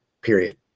period